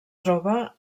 troba